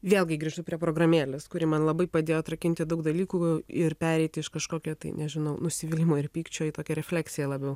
vėlgi grįžtu prie programėlės kuri man labai padėjo atrakinti daug dalykų ir pereiti iš kažkokio tai nežinau nusivylimo ir pykčio į tokią refleksiją labiau